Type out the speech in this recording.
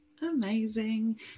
amazing